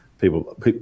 people